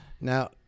Now